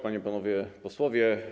Panie i Panowie Posłowie!